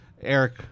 Eric